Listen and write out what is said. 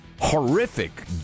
horrific